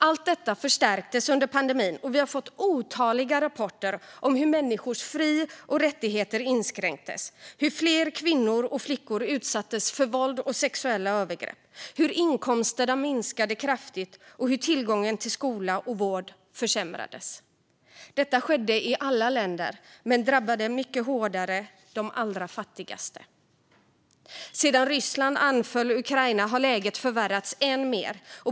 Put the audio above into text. Allt detta förstärktes under pandemin, och vi har fått otaliga rapporter om hur människors fri och rättigheter inskränktes, hur fler kvinnor och flickor utsattes för våld och sexuella övergrepp, hur inkomsterna minskade kraftigt och hur tillgången till skola och vård försämrades. Detta skedde i alla länder men drabbade de allra fattigaste mycket hårdare. Sedan Ryssland anföll Ukraina har läget förvärrats än mer.